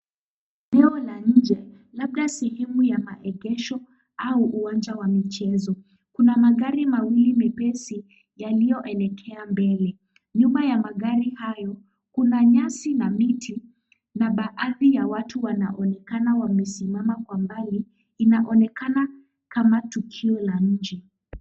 Eneo la nje labda sehemu ya maegesho au uwanja wa michezo. Kuna magari mawili mepesi yaliyoelekea mbele. Nyuma ya magari hayo kuna nyasi na miti na baadhi ya watu wanaonekana wamesimama kwa mbali. Inaonekana kama tukio la nje.